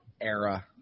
era